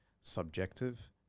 subjective